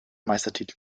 meistertitel